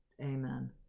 amen